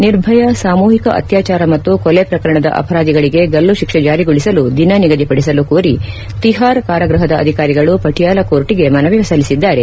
ನಿರ್ಭಯಾ ಸಾಮೂಹಿಕ ಅತ್ಯಾಚಾರ ಮತ್ತು ಕೊಲೆ ಪ್ರಕರಣದ ಅಪರಾಧಿಗಳಿಗೆ ಗಲ್ಲು ಶಿಕ್ಷ್ ಜಾರಿಗೊಳಿಸಲು ದಿನ ನಿಗದಿ ಪದಿಸಲು ಕೋರಿ ತಿಹಾರ್ ಕಾರಾಗ್ಬಹದ ಅಧಿಕಾರಿಗಳು ಪಟಿಯಾಲ ಕೋರ್ಟ್ಗೆ ಮನವಿ ಸಲ್ಲಿಸಿದ್ದಾರೆ